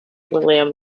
william